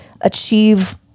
achieve